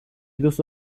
duzu